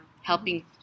helping